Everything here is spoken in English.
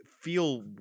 feel